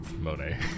Monet